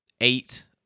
eight